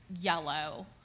yellow